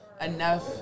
enough